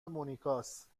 مونیکاست